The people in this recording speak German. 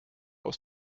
aus